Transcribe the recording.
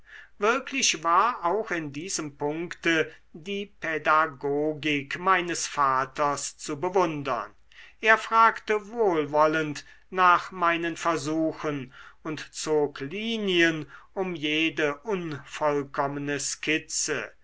wirklich war auch in diesem punkte die pädagogik meines vaters zu bewundern er fragte wohlwollend nach meinen versuchen und zog linien um jede unvollkommene skizze